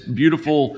beautiful